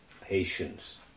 patience